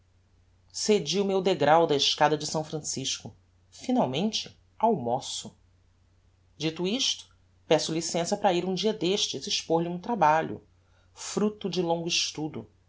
cedi o meu degrau da escada de s francisco finalmente almóço dito isto peço licença para ir um dia destes expor lhe um trabalho fructo de longo estudo